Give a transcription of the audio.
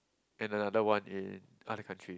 and another one in other country